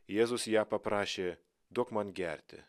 jėzus ją paprašė duok man gerti